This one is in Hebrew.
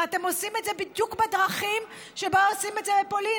ואתם עושים את זה בדיוק בדרכים שבהן עושים את זה בפולין.